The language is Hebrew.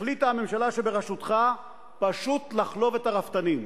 החליטה הממשלה שבראשותך פשוט לחלוב את הרפתנים.